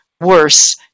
worse